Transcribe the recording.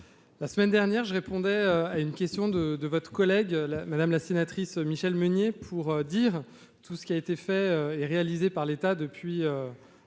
la semaine dernière, je répondais à une question de votre collègue, Mme la sénatrice Michelle Meunier, en détaillant ce qui avait été réalisé par l'État depuis